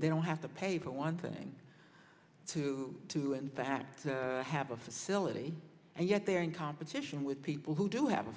they don't have to pay for one thing to do in fact have a facility and yet they are in competition with people who do have a